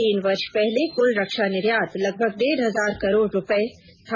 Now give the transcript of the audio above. तीन वर्ष पहले कुल रक्षा निर्यात लगभग डेढ़ हजार करोड़ रुपये था